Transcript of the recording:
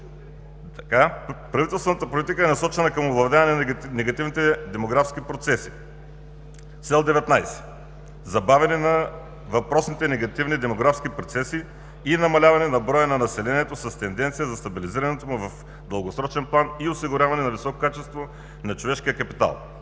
Правителствената политика е насочена към овладяване на негативните демографски процеси. Цел 19: Забавяне на въпросните негативни демографски процеси и намаляване на броя на населението с тенденция за стабилизирането му в дългосрочен план и осигуряване на високо качество на човешкия капитал.